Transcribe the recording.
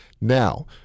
Now